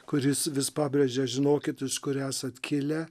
kuris vis pabrėžia žinokit iš kur esat kilę